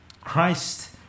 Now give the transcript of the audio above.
christ